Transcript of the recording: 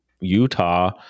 Utah